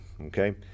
okay